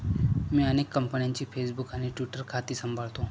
मी अनेक कंपन्यांची फेसबुक आणि ट्विटर खाती सांभाळतो